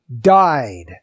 died